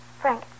Frank